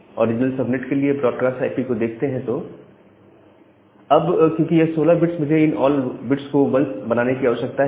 original subnet के लिए broadcast IP को देखते हैं तो अब क्योंकि यह 16 बिट्स मुझे इन ऑल बिट्स को 1s बनाने की आवश्यकता है